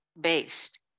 based